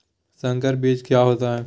संकर बीज क्या होता है?